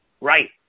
Right